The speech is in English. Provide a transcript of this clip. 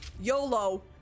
yolo